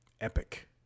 Epic